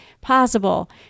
possible